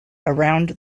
around